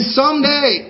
someday